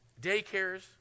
daycares